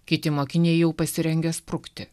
kiti mokiniai jau pasirengę sprukti